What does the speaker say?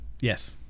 Yes